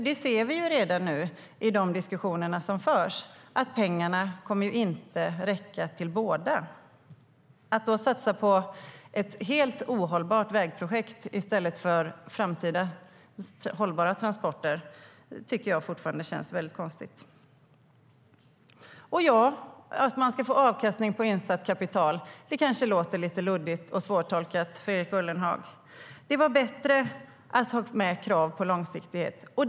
Vi ser redan nu i de diskussioner som förs att pengarna inte kommer att räcka till båda. Att då satsa på ett helt ohållbart vägprojekt i stället för framtida hållbara transporter känns fortfarande väldigt konstigt. Att man ska få avkastning på insatt kapital kanske låter lite luddigt och svårtolkat för Erik Ullenhag. Det var bättre att ha med krav på långsiktighet, säger han.